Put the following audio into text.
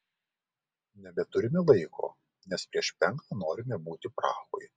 nebeturime laiko nes prieš penktą norime būti prahoj